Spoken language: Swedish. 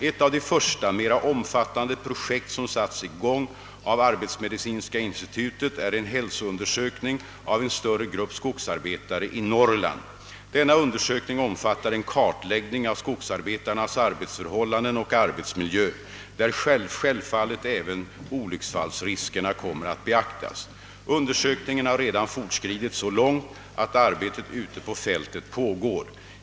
Ett av de första mera omfattande projekt som satts i gång av arbetsmedicinska institutet är en hälsoundersökning av en större grupp skogsarbetare i Norrland. Denna undersökning omfattar en kartläggning av skogsarbetarnas arbetsförhållanden och =:arbetsmiljö, där självfallet även olycksfallsriskerna kommer att beaktas. Undersökningen har redan fortskridit så långt att arbetet ute på fältet pågår.